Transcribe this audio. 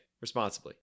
responsibly